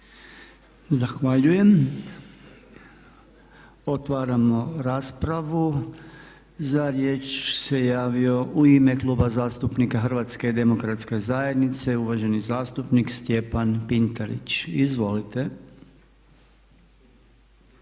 Zahvaljujem. Otvaramo raspravu. Za riječ se javio u ime Kluba zastupnika Hrvatske demokratske zajednice uvaženi zastupnik Stjepan Pintarić. Izvolite.